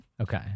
Okay